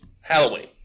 Halloween